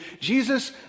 Jesus